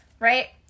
right